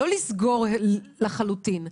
לא לסגור לחלוטין,